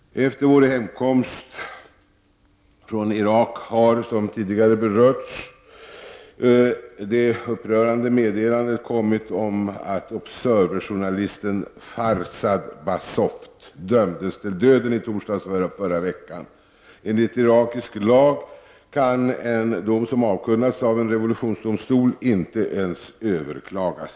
Efter vår hemkomst från Irak har, som tidigare berörts, det upprörande meddelandet kommit att Observer-journalisten Farzad Bazoft dömdes till döden i torsdags i förra veckan. Enligt irakisk lag kan en dom som avkunnats av en revolutionsdomstol inte ens överklagas.